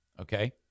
Okay